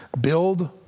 Build